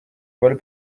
vol